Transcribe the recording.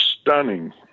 stunning